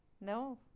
No